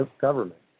government